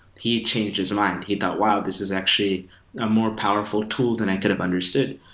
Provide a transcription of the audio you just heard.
he changed his mind. he thought, wow! this is actually a more powerful tool than i could have understood.